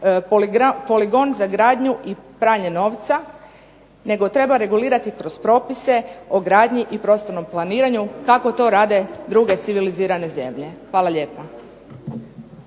poligon za gradnju i pranje novca, nego treba regulirati kroz propise o gradnji i prostornom planiranju kako to rade druge civilizirane zemlje. Hvala lijepa.